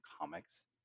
comics